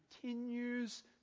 continues